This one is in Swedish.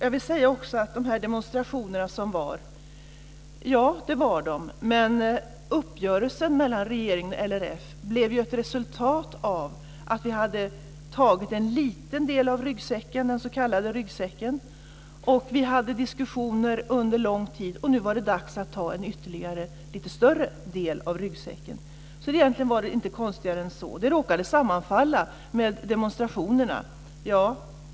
Ja, det var demonstrationer, men uppgörelsen mellan regeringen och LRF blev ju ett resultat av att vi hade tagit en liten del av den s.k. ryggsäcken. Vi hade diskussioner under en lång tid, och nu var det dags att ta ytterligare en lite större del av ryggsäcken. Egentligen var det inte konstigare än så. Det råkade sammanfalla med demonstrationerna.